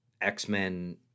X-Men